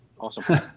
awesome